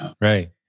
Right